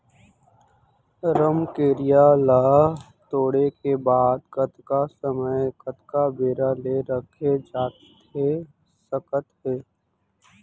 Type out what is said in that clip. रमकेरिया ला तोड़े के बाद कतका समय कतका बेरा ले रखे जाथे सकत हे?